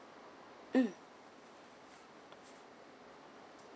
mm